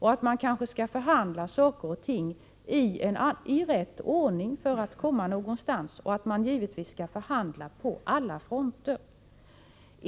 Man bör kanske förhandla om saker och ting i rätt ordning för att komma någonstans, och givetvis måste man förhandla på alla fronter.